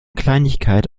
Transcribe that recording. kleinigkeit